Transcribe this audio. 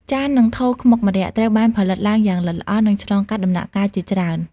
ចាន និងថូខ្មុកម្រ័ក្សណ៍ ត្រូវបានផលិតឡើងយ៉ាងល្អិតល្អន់ និងឆ្លងកាត់ដំណាក់កាលជាច្រើន។